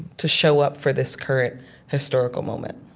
to show up for this current historical moment